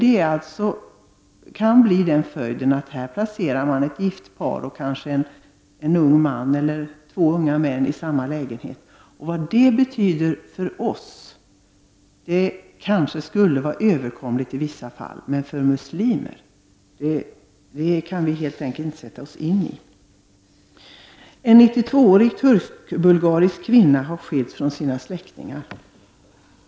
Nu finns det risk för att ett gift par placeras tillsammans med en eller två unga män i samma lägenhet. För oss skulle detta förhållande i vissa fall kanske vara överkomligt, men hur det skulle kännas för muslimer kan vi helt enkelt inte sätta oss in i. En 92-årig turkbulgarisk kvinna har skilts från sina släktingar.